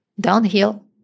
downhill